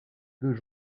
deux